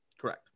correct